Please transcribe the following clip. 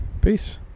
Peace